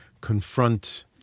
confront